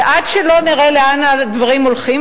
ועד שלא נראה לאן הדברים הולכים,